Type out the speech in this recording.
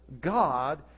God